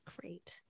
Great